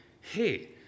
hey